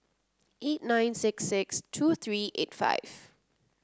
eight nine six six two three eight five